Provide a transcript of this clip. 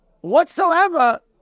whatsoever